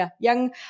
young